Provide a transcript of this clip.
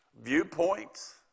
viewpoints